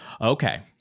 okay